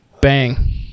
bang